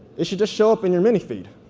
it should just show up in your mini feed.